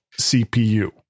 CPU